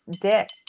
dick